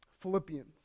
Philippians